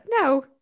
No